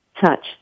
Touch